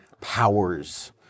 powers